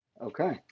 okay